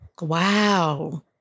Wow